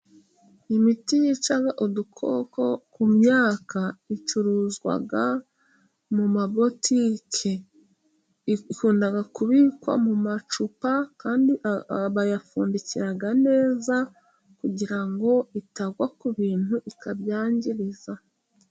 Imiti yica udukoko ku myaka icuruzwa mu mabotike, ikunda kubikwa mu macupa, kandi bayapfundikira neza kugira ngo itagwa ku bintu ikabyangiza.